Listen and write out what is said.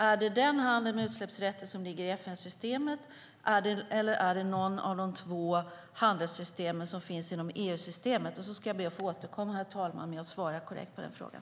Är det den handel med utsläppsrätter som ligger i FN-systemet, eller är det någon av de två handelssystem som finns inom EU-systemet? Jag ber att få återkomma, herr talman, med att svara korrekt på frågan.